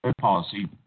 policy